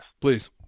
Please